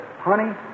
Honey